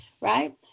Right